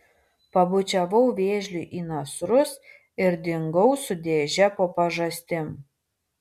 pabučiavau vėžliui į nasrus ir dingau su dėže po pažastim